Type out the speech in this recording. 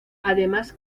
además